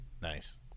Nice